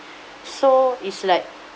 so it's like